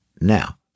Now